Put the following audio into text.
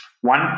One